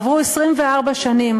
עברו 24 שנים,